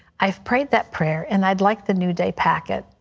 i have prayed that prayer and i would like the new day packet.